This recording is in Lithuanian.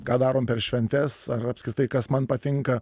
ką darom per šventes ar apskritai kas man patinka